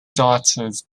daughters